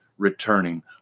returning